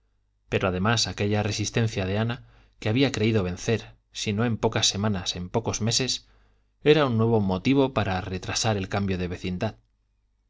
pero además aquella resistencia de ana que había creído vencer si no en pocas semanas en pocos meses era un nuevo motivo para retrasar el cambio de vecindad